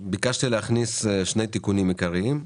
ביקשתי להכניס שני תיקונים עיקריים,